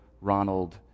Ronald